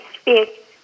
speak